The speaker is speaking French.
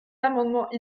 amendements